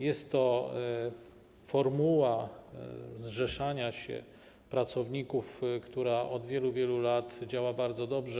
Jest to formuła zrzeszania się pracowników, która od wielu, wielu lat działa bardzo dobrze.